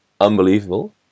unbelievable